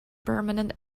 permanent